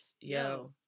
yo